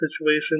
situation